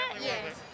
Yes